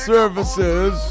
Services